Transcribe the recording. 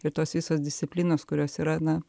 ir tos visos disciplinos kurios yra na